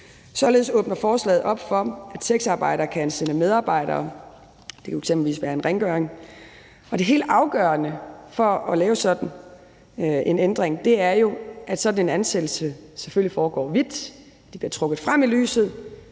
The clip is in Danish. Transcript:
Således åbner forslaget op for, at sexarbejdere kan ansætte medarbejdere; det kunne eksempel være en rengøringshjælp. Det, der er helt afgørende for at lave sådan en ændring, er, at sådan en ansættelse selvfølgelig foregår hvidt; det bliver trukket frem i lyset